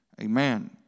Amen